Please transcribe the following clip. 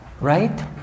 Right